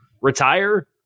retire